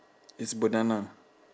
it's banana